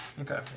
Okay